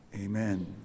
amen